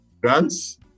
grants